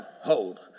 Hold